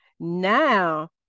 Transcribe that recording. Now